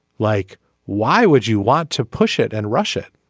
like why would you want to push it and rush it.